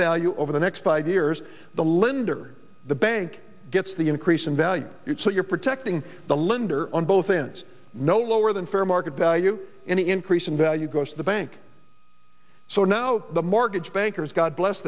value over the next five years the lender the bank gets the increase in value so you're protecting the lender on both ends no lower than fair market value any increase in value goes to the bank so now the mortgage bankers god bless